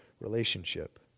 relationship